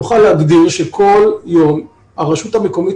נוכל להגדיר שכל יום הרשות המקומית